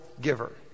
giver